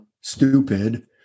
stupid